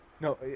No